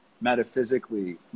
metaphysically